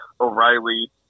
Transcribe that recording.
O'Reilly